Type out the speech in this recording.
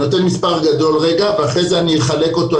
אני נותן מספר גדול רגע ואחרי זה אחלק אותו,